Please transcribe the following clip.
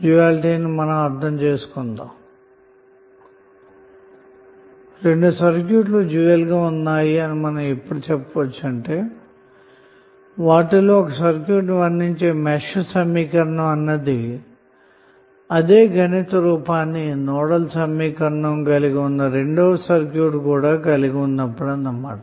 vlcsnap 2019 08 31 18h28m52s332 రెండు సర్క్యూట్లు dual గా ఉన్నాయి అని మనం ఎప్పుడు చెప్పవచ్చు అంటే వాటిలో ఒక సర్క్యూట్ ని వర్ణించే మెష్ సమీకరణం యొక్క గణిత రూపాన్ని నోడల్ సమీకరణం కలిగిన రెండో సర్క్యూట్ కూడా కలిగి ఉన్నపుడు అన్న మాట